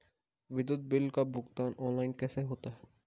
विद्युत बिल का भुगतान ऑनलाइन कैसे होता है?